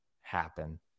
happen